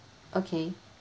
okay